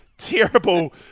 terrible